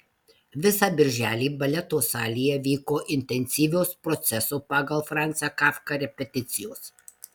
visą birželį baleto salėje vyko intensyvios proceso pagal franzą kafką repeticijos